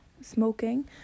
Smoking